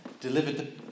delivered